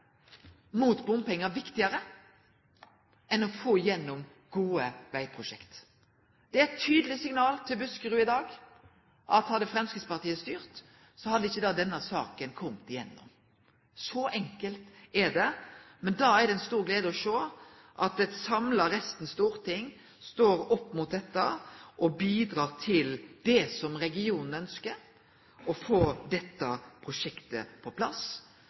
mot bompengar er viktigare enn å få gjennom gode vegprosjekt. Det er eit tydeleg signal til Buskerud i dag: Hadde Framstegspartiet styrt, hadde ikkje denne saka kome gjennom. Så enkelt er det. Men det er ei stor glede å sjå at resten av Stortinget står samla opp mot dette og bidreg til det som regionen ønskjer, å få dette prosjektet på plass.